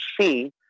see